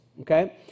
okay